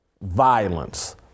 violence